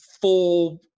full